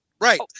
right